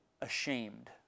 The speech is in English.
ashamed